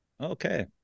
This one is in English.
Okay